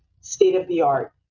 state-of-the-art